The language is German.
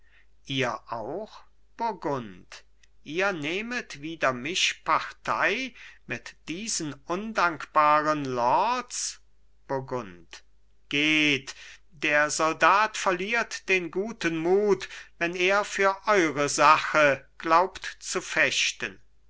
ihr auch burgund ihr nehmet wider mich partei mit diesen undankbaren lords burgund geht der soldat verliert den guten mut wenn er für eure sache glaubt zu fechten